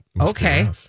okay